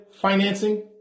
Financing